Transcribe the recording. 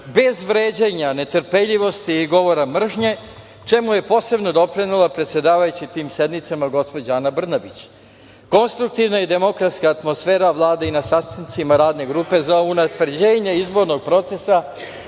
bez vređanja, netrpeljivosti i govora mržnje, čemu je posebno doprinela predsedavajuća tim sednicama, gospođa Ana Brnabić. Konstruktivna i demokratska atmosfera vlada i na sastancima Radne grupe za unapređenje izbornog procesa. Molim